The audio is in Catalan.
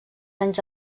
anys